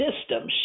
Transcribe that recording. system